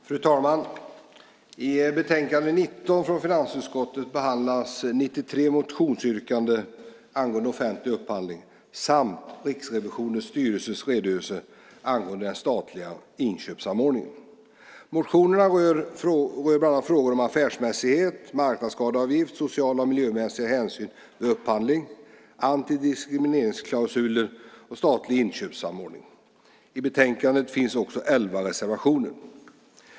Fru talman! I betänkande 19 från finansutskottet behandlas 93 motionsyrkanden angående offentlig upphandling samt Riksrevisionens styrelses redogörelse angående den statliga inköpsanordningen. Motionerna rör bland annat frågor om affärsmässighet, marknadsskadeavgift, sociala och miljömässiga hänsyn vid upphandling, antidiskrimineringsklausuler och statlig inköpssamordning. I betänkandet finns också elva reservationer.